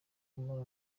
kumara